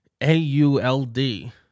A-U-L-D